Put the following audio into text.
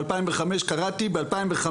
קראתי ב- 2005,